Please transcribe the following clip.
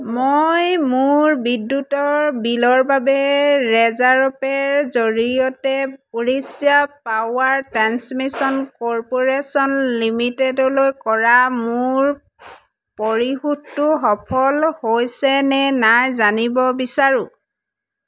মই মোৰ বিদ্যুতৰ বিলৰ বাবে ৰেজাৰপে'ৰ জৰিয়তে উৰিষ্যা পাৱাৰ ট্ৰেন্সমিশ্যন কৰ্পোৰেচন লিমিটেডলৈ কৰা মোৰ পৰিশোধটো সফল হৈছেনে নাই জানিব বিচাৰোঁ